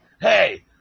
hey